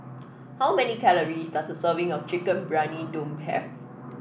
how many calories does a serving of Chicken Briyani Dum have